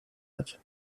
hat